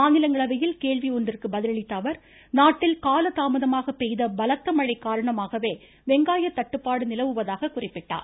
மாநிலங்களவையில் கேள்வி ஆன்றிற்கு பதிலளித்த அவர் நாட்டில் காலதாமதமாக பெய்த பலத்த மழை காரணமாகவே வெங்காய தட்டுப்பாடு நிலவுவதாக குறிப்பிட்டார்